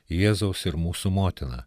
jėzaus ir mūsų motina